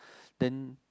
then